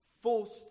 Forced